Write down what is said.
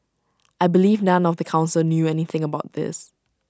I believe none of the Council knew anything about this